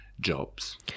jobs